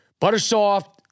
buttersoft